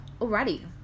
Alrighty